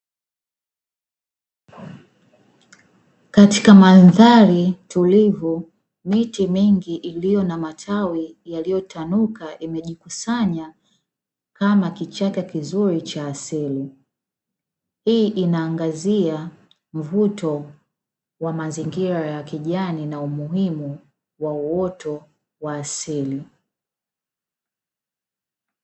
Katika mandhari tulivu miti mingi iliyo na matawi yaliyotanuka imejikusanya kama kichaka kizuri cha asili. Hii inaangazia mvuto wa mazingira ya kijani na umuhimu wa uoto wa asili.